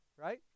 Right